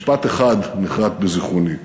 משפט אחד נחרת בזיכרוני.